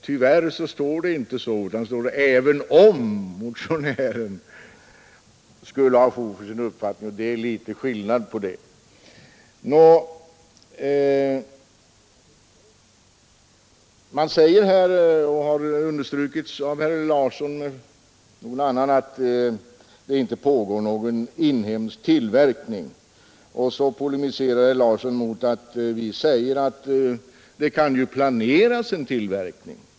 Tyvärr står det inte så, utan det står: ”Även om motionären skulle ha fog för sin uppfattning ———”, och det är litet skillnad på det. Det har understrukits av bl.a. herr Larsson i Umeå att det inte pågår inhemsk tillverkning av cisternvagnar, och herr Larsson i Umeå polemiserar mot att vi hävdar att det ju kan planeras en tillverkning.